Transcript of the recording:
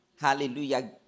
Hallelujah